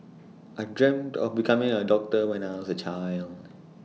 I dreamt of becoming A doctor when I was A child